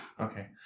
Okay